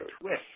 twist